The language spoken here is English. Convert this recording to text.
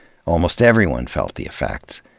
almost everyone felt the effects,